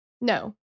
No